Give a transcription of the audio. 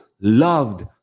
loved